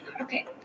Okay